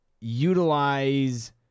utilize